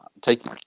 take